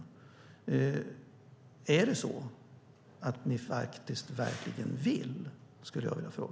Är det så att ni faktiskt, verkligen vill? Det skulle jag vilja fråga.